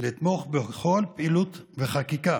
לתמוך בכל פעילות וחקיקה